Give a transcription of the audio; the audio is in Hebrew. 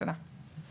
תודה.